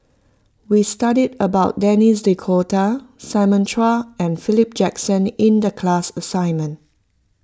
we studied about Denis D'Cotta Simon Chua and Philip Jackson in the class assignment